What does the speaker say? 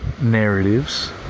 narratives